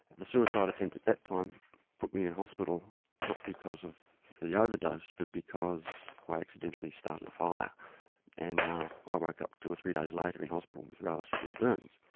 the suicide attempt at that time put me in hospital not because of the overdose but because i accidently started a fire and ah i woke up two or three days later in hospital with rather severe burns.